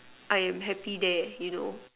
I am happy there you know